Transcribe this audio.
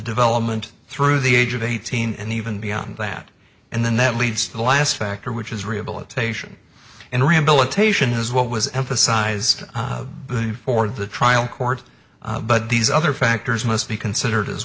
development through the age of eighteen and even beyond that and then that leads to the last factor which is rehabilitation and rehabilitation is what was emphasized boon for the trial court but these other factors must be considered as